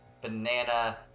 banana